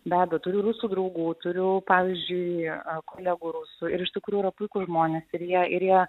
be abejo turiu rusų draugų turiu pavyzdžiui kolegų rusų ir iš tikrųjų yra puikūs žmonės ir jie ir jie